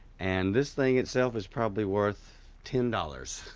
and this thing itself is probably worth ten dollars.